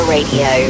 Radio